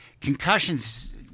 concussions